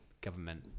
government